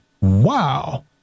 wow